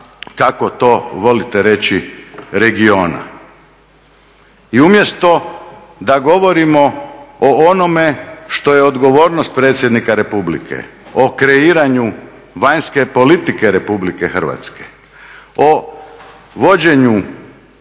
kako to volite reći regiona. I umjesto da govorimo o onome što je odgovornost predsjednika Republike o kreiranju vanjske politike RH, o vođenju